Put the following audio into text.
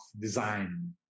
design